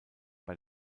bei